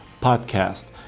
podcast